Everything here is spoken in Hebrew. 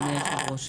אדוני היושב-ראש.